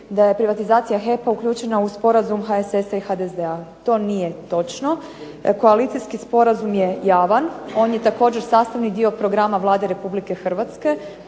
da je privatizacija HEP-a uključena u Sporazum HSS-a i HDZ-a. To nije točno. Koalicijski sporazum je javan, on je također sastavni dio programa Vlade Republike Hrvatske.